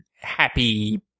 happy